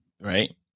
right